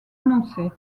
annoncée